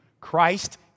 Christ